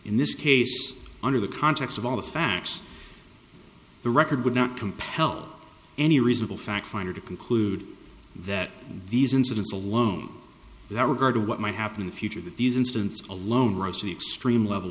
in this case under the context of all the facts the record would not compel any reasonable fact finder to conclude that these incidents alone without regard to what might happen in the future that these incidents alone rise to the extreme level